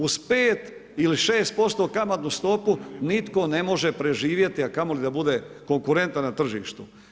Uz 5 ili 6% kamatnu stopu, nitko ne može preživjeti, a kamo li da bude konkurentan na tržištu.